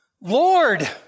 Lord